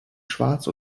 schwarz